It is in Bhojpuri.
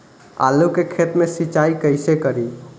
आलू के खेत मे सिचाई कइसे करीं?